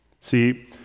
See